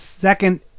second